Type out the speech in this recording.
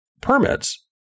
permits